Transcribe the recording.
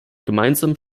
gemeinsamen